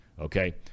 okay